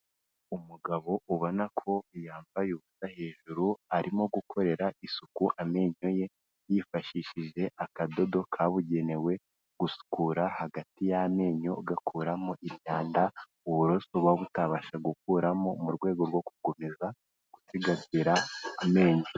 Umugabo ubona ko yambaye ubusa hejuru arimo gukorera isuku amenyo ye, yifashishije akadodo kabugenewe gusukura hagati y'amenyo gakuramo imyanda. Uburoso buba butabasha gukuramo mu rwego rwo gukomeza gusigasira amenyo.